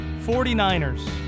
49ers